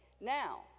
Now